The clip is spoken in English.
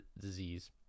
disease